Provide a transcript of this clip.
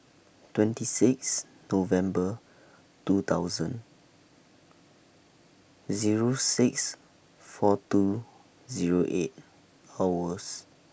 twenty six November two thousand Zero six four two Zero eight hours